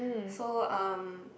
so um